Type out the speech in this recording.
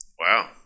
Wow